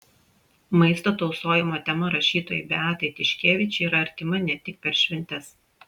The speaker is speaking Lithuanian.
maisto tausojimo tema rašytojai beatai tiškevič yra artima ne tik per šventes